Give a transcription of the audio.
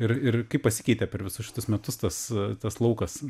ir ir kaip pasikeitė per visus šituos metus tas tas laukas